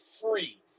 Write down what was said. free